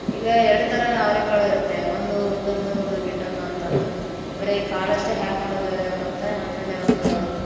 ಈಗ ಎರಡು ಥರನೂ ಅವ್ರೆಕಾಳು ಇರುತ್ತೆ ಒಂದು ಉದ್ದದು ಒಂದು ಗಿಡ್ಡದು ಅಂತಂದು ಬರೀ ಕಾಳು ಅಷ್ಟೇ ಹಾಕಿ ಮಾಡೋದು ಬೇರೆ ಬರುತ್ತೆ ಆಮೇಲೆ ಒಂದು